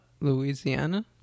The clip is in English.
Louisiana